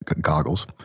goggles